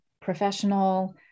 professional